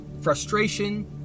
Frustration